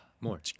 more